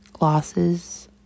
losses